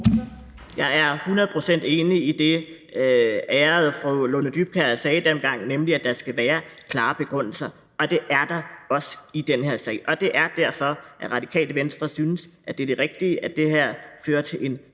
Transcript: Jeg er 100 pct. enig i det, som ærede fru Lone Dybkjær sagde den gang, nemlig at der skal være klare begrundelser. Og det er der også i den her sag, og det er derfor, at Radikale Venstre synes, at det er det rigtige, at det her fører til en